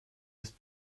ist